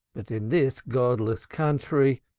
but in this godless country!